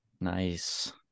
Nice